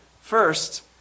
first